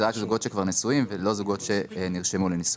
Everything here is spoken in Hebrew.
אלה רק זוגות שכבר נשואים ולא זוגות שנרשמו לנישואין.